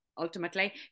ultimately